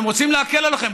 רוצים להקל עליהם.